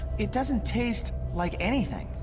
it doesn't taste like anything.